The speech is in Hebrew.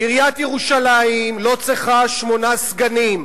עיריית ירושלים לא צריכה שמונה סגנים.